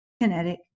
kinetic